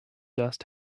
dust